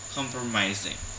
compromising